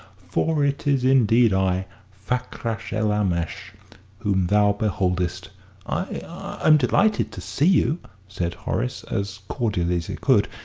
for it is indeed i fakrash-el-aamash whom thou beholdest. i i'm delighted to see you, said horace, as cordially as he could.